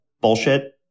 bullshit